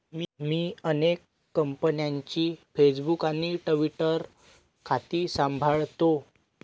मी अनेक कंपन्यांची फेसबुक आणि ट्विटर खाती सांभाळतो